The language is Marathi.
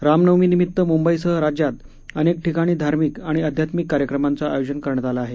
रामनवमीनिमित्त मुंबईसह राज्यात अनेक ठिकणी धार्मिक आणि अध्यात्मिक कार्यक्रमाचं आयोजन करण्यात आल आहे